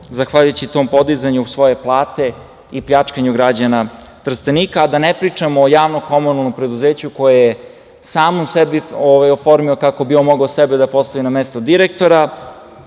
zahvaljujući tom podizanju svoje plate i pljačkanju građana Trstenika. Da ne pričam o JKP koje je samom sebi oformio kako bi on mogao sebe da postavi na mesto direktora,